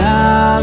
Now